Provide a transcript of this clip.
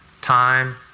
Time